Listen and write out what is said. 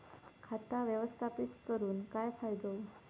खाता व्यवस्थापित करून काय फायदो?